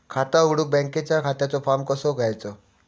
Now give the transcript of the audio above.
खाता उघडुक बँकेच्या खात्याचो फार्म कसो घ्यायचो?